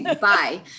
bye